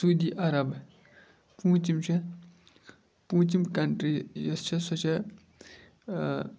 Saudi Arab پوٗنٛژِم چھےٚ پوٗنٛژِم کَنٹری یۄس چھِ سۄ چھےٚ